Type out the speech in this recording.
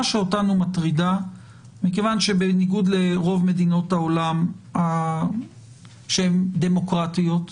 מה שמטריד אותנו שבניגוד לרוב מדינות העולם שהן דמוקרטיות,